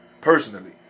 personally